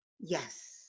Yes